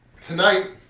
Tonight